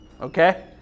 okay